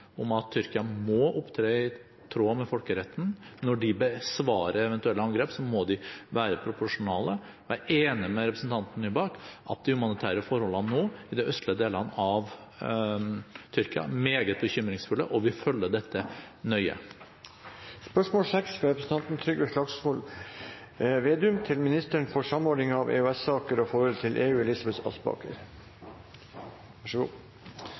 om at Tyrkia må opptre i tråd med folkeretten – når de besvarer eventuelle angrep, må de være proporsjonale. Jeg er enig med representanten Nybakk i at de humanitære forholdene i de østlige delene av Tyrkia er meget bekymringsfulle, og vi følger dette nøye. Mitt spørsmål lyder som følger: «Har regjeringen gitt konsesjoner til EU i forbindelse med de pågående artikkel 19-forhandlingene, og